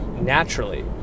naturally